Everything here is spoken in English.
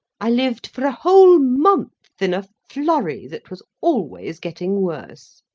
i lived for a whole month in a flurry, that was always getting worse.